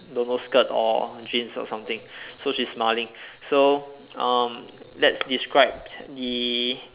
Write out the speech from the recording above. don't know skirt or jeans or something so she's smiling so um let's describe the